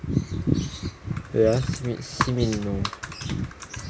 wait ah meet simin though